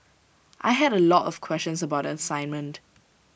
I had A lot of questions about the assignment